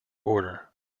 order